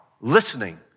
Listening